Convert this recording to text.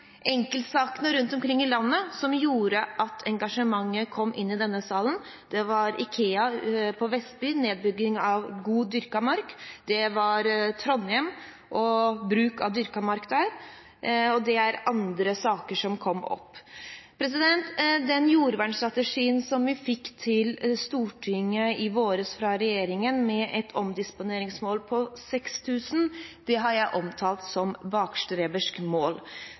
IKEA på Vestby og nedbygging av god dyrket mark, det var Trondheim og bruk av dyrket mark der, og det var andre saker som kom opp. Den jordvernstrategien fra regjeringen som vi fikk til Stortinget i vår, med et omdisponeringsmål på 6 000 dekar, har jeg omtalt som